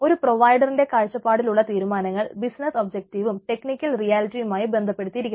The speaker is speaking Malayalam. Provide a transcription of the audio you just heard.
ഒരു പ്രൊവൈഡറിന്റെ കാഴ്ചപ്പാടിലുള്ള തീരുമാനങ്ങൾ ബിസിനസ് ഒബ്ജക്ടീവും ടെക്നിക്കൽ റിയാലിറ്റിയുമായി ബന്ധപ്പെട്ടിരിക്കുന്നു